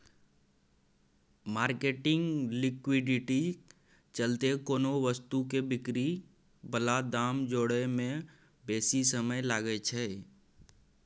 marketing liquidity चलते कोनो वस्तु के बिक्री बला दाम जोड़य में बेशी समय लागइ छइ